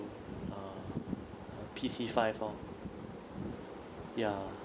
uh P_C five lor ya